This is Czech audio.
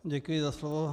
Děkuji za slovo.